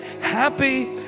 Happy